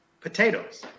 potatoes